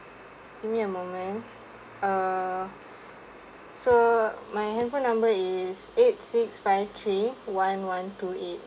give me a moment uh so my handphone number is eight six five three one one two eight